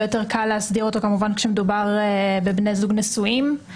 יותר קל להסדיר אותו כאשר מדובר בבני זוג נשואים.